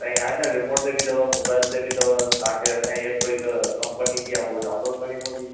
साईं आहे न रिमोट बि अथव मोबाइल ते बि अथव तव्हां खे असांजी ऐप हिक कंपनी जी आहे उहो डाउनलोड करिणी पवंदी